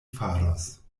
faros